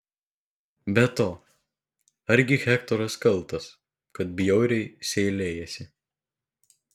be to argi hektoras kaltas kad bjauriai seilėjasi